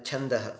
छन्दः